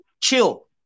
chill